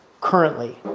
currently